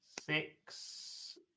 Six